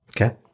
Okay